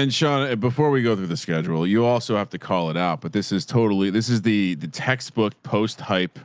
and sean, before we go through the schedule, you also have to call it out. but this is totally, this is the, the textbook post hype